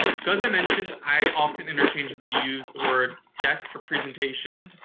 so, as i mentioned, i often interchangeably use the word deck for presentation.